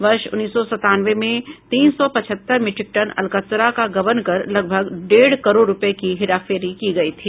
वर्ष उन्नीस सौ संतानवे में तीन सौ पचहत्तर मीट्रिक टन अलकतरा का गबन कर लगभग डेढ़ करोड़ रुपये की हेराफेरी की गयी थी